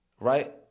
Right